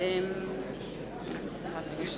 אינו נוכח.